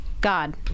God